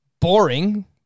boring